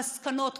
המסקנות,